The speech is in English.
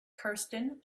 kirsten